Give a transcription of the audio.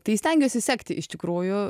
tai stengiuosi sekti iš tikrųjų